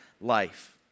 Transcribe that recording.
life